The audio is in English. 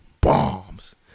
bombs